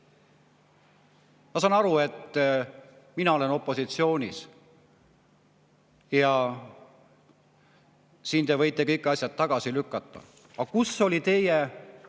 Ma saan aru, et mina olen opositsioonis, ja siin te võite kõik asjad tagasi lükata. Aga kus oli teie